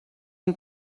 and